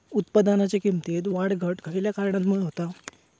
उत्पादनाच्या किमतीत वाढ घट खयल्या कारणामुळे होता?